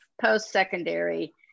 post-secondary